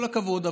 כל הכבוד.